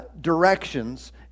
directions